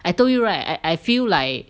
I told you right I I feel like